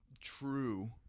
true